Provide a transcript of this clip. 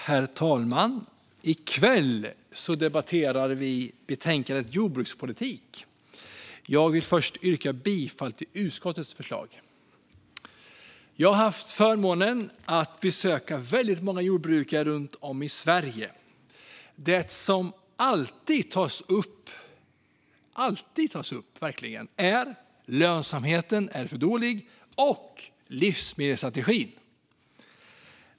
Herr talman! I kväll debatterar vi betänkandet om jordbrukspolitik. Jag vill först yrka bifall till utskottets förslag. Jag har haft förmånen att besöka väldigt många jordbrukare runt om i Sverige. Det som alltid tas upp är att lönsamheten är för dålig och livsmedelsstrategin.